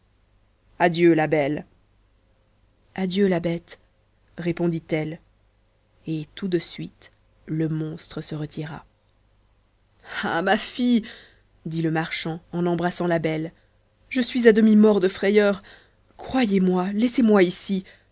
adieu la belle adieu la bête répondit-elle et tout de suite le monstre se retira ah ma fille lui dit le marchand en embrassant la belle je suis à demi-mort de frayeur croyez-moi laissez-moi ici